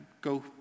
go